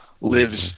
lives